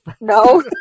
No